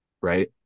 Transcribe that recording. right